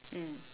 mm